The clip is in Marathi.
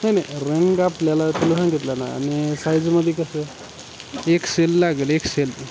नाही नाही रंग आपल्याला तुला सांगितला ना आणि साईजमध्ये कसं एक्से ल लागेल एक्से ल